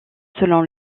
selon